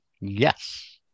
Yes